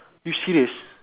you serious